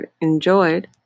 enjoyed